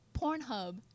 Pornhub